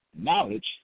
Knowledge